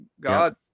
God